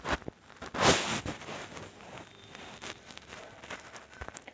आपल्या एकूण मालमत्तेतून आपल्याला किती लाभ मिळणार आहे?